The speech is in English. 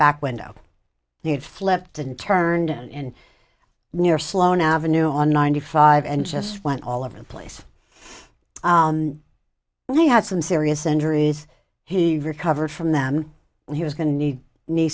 back window the it flipped and turned in near sloane avenue on ninety five and just went all over the place and he had some serious injuries he recovered from them and he was going to need knee